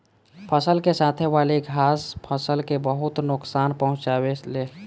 फसल के साथे वाली घास फसल के बहुत नोकसान पहुंचावे ले